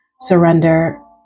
surrender